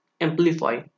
amplify